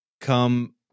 come